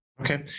Okay